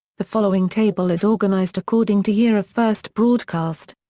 the following table is organized according to year of first broadcast.